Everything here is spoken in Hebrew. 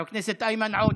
חבר הכנסת איימן עודה,